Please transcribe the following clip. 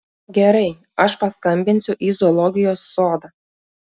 gerai aš paskambinsiu į zoologijos sodą